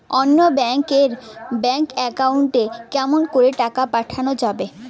অন্য ব্যাংক এর bank account এ কেমন করে টাকা পাঠা যাবে?